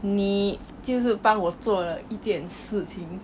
你就是帮我做了一件事情